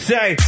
Say